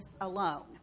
alone